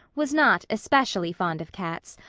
was not especially fond of cats,